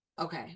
Okay